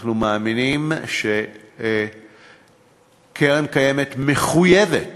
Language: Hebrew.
אנחנו מאמינים שהקרן הקיימת מחויבת